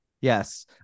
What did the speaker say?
Yes